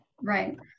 right